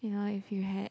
you know if you had